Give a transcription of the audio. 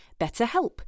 BetterHelp